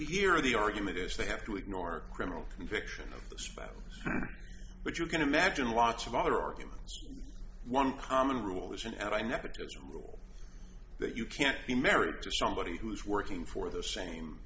here the argument is they have to ignore criminal conviction of the spouse but you can imagine lots of other arguments one common rule isn't and i never to rule that you can't be married to somebody who's working for the same